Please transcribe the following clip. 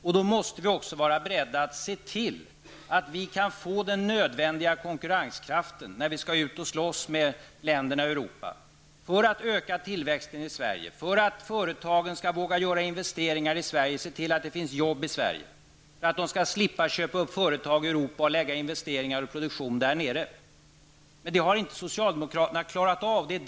Men då måste vi vara beredda att se till att vi kan få den nödvändiga konkurrenskraften när vi skall slåss med länderna i Europa för att öka tillväxten i Sverige, för att företagen skall våga göra investeringar i Sverige och se till att det finns jobb i Sverige, för att de skall slippa köpa upp företag i Europa och lägga investeringar och produktion där nere. Men detta har inte socialdemokraterna klarat av.